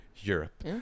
Europe